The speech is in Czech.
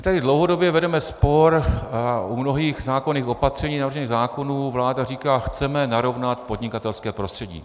My tady dlouhodobě vedeme spor a u mnohých zákonných opatření navržených zákonů vláda říká: chceme narovnat podnikatelské prostředí.